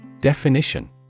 Definition